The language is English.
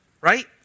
Right